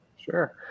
Sure